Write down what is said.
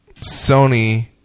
Sony